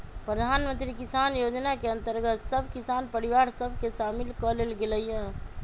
प्रधानमंत्री किसान जोजना के अंतर्गत सभ किसान परिवार सभ के सामिल क् लेल गेलइ ह